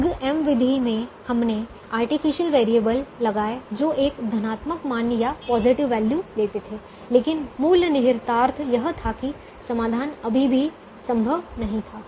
big M विधि में हमने आर्टिफिशियल वेरिएबल लगाए जो एक धनात्मक मान या पॉजिटिव वैल्यू लेते थे लेकिन मूल निहितार्थ यह था कि समाधान अभी भी संभव नहीं था